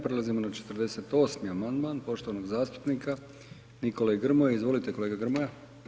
Prelazimo na 48. amandman poštovanog zastupnika Nikole Grmoje, izvolite kolega Grmoja.